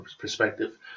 perspective